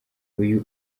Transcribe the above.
uyu